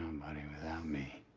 um buddy, without me